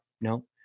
no